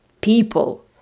People